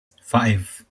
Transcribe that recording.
five